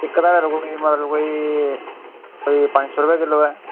इक दा मतलब कोई पंज सौ रपेआ किल्लो ऐ